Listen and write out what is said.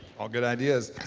all good ideas.